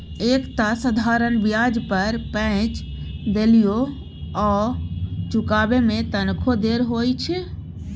एक तँ साधारण ब्याज पर पैंच देलियौ आ चुकाबै मे तखनो देर होइ छौ